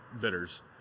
bitters